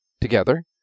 together